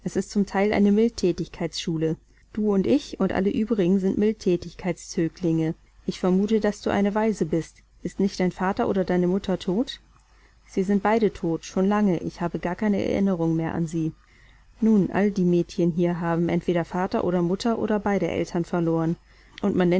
zum teil eine mildthätigkeits schule du und ich und alle übrigen sind mildthätigkeits zöglinge ich vermute daß du eine waise bist ist nicht dein vater oder deine mutter tot sie sind beide tot schon lange ich habe gar keine erinnerung mehr an sie nun all die mädchen hier haben entweder vater oder mutter oder beide eltern verloren und